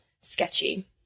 sketchy